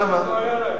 למה?